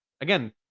Again